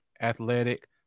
athletic